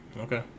Okay